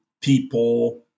people